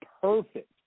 perfect